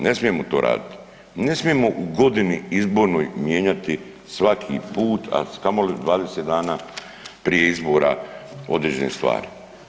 Ne smijemo to raditi, ne smijemo u godini izbornoj mijenjati svaki put a kamoli 20 dana prije izbora određene stvari.